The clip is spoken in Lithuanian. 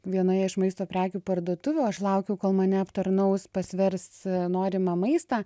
vienoje iš maisto prekių parduotuvių aš laukiau kol mane aptarnaus pasvers norimą maistą